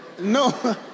No